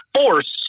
force